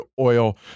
oil